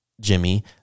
Jimmy